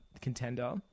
contender